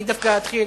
אני דווקא אתחיל,